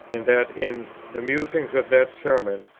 and that, in the musings of that sermon,